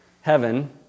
heaven